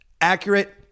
Accurate